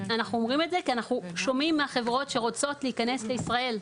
אנחנו אומרים את זה כי אנחנו שומעים מהחברות שרוצות להיכנס לישראל.